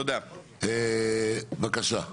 בבקשה.